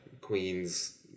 queen's